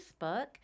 Facebook